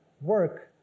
work